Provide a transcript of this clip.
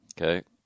okay